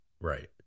Right